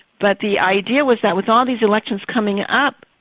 but the idea was that with all these elections coming up,